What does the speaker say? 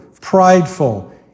prideful